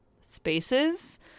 spaces